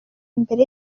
imbere